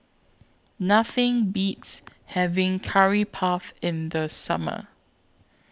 Nothing Beats having Curry Puff in The Summer